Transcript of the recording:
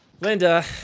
Linda